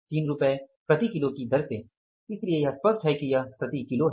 3 रुपये प्रति किलो की दर से इसलिए यह स्पष्ट है कि यह प्रति किलो है